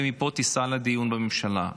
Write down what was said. ומפה תיסע לדיון בממשלה.